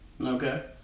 Okay